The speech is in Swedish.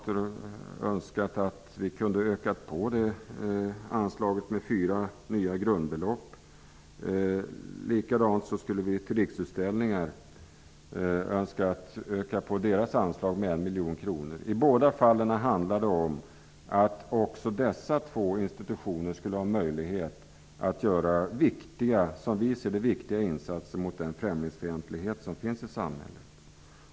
Vi önskar också att man hade kunnat öka anslaget till Riksutställningar med 1 miljon kronor. I båda fallen handlar det om att också dessa institutioner skulle ha möjlighet att göra som vi ser det viktiga instser mot den främlingsfientlighet som finns i samhället.